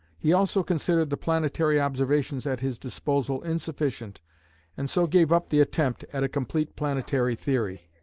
he also considered the planetary observations at his disposal insufficient and so gave up the attempt at a complete planetary theory.